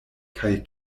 kaj